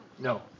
No